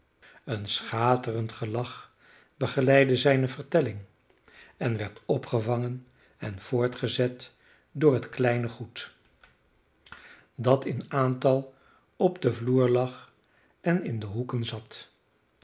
een schaterend gelach begeleidde zijne vertelling en werd opgevangen en voortgezet door het kleine goed dat in aantal op den vloer lag en in de hoeken zat